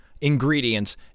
ingredients